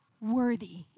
worthy